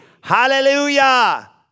Hallelujah